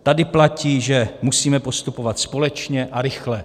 Tady platí, že musíme postupovat společně a rychle.